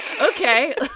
Okay